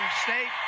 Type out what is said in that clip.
state